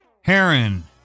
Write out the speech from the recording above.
Heron